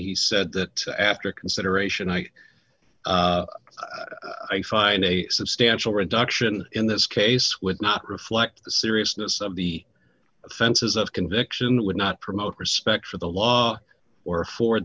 he said that after consideration i i find a substantial reduction in this case would not reflect the seriousness of the offenses of conviction would not promote respect for the law or affor